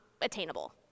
attainable